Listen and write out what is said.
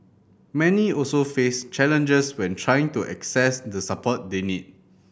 many also face challenges when trying to access the support they need